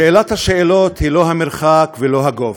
שאלת השאלות היא לא המרחק ולא הגובה,